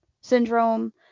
Syndrome